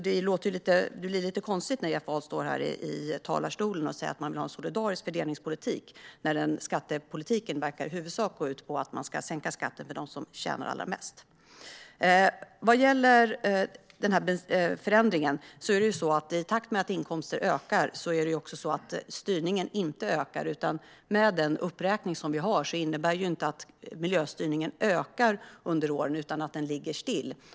Det blir därför lite konstigt när Jeff Ahl står här i talarstolen och säger att man vill ha en solidarisk fördelningspolitik, när skattepolitiken i huvudsak verkar gå ut på att man ska sänka skatten för dem som tjänar allra mest. Vad gäller den här förändringen är det så att styrningen inte ökar i takt med att inkomsterna ökar. Den uppräkning vi har innebär inte att miljöstyrningen ökar med åren, utan den ligger still.